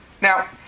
Now